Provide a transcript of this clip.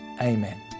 Amen